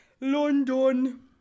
London